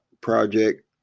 Project